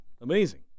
Amazing